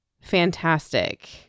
fantastic